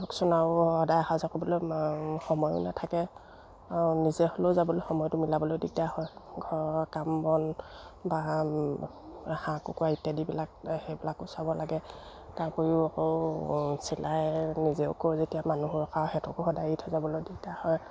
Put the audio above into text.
লোকচানো আৰু সদায় অহা যোৱা কৰি থাকিবলৈ সময়ো নাথাকে আৰু নিজে হ'লেও যাবলৈ সময়টো মিলাবলৈ দিগদাৰ হয় ঘৰৰ কাম বন বা হাঁহ কুকুৰা ইত্যাদিবিলাক সেইবিলাকো চাব লাগে তাৰ উপৰিও আকৌ চিলাই নিজাকৈয়ো যেতিয়া মানুহ ৰখা হয় সিহঁতকো সদায় এৰি থৈ যাবলৈ দিগদাৰ হয়